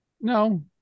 No